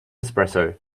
espresso